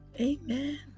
Amen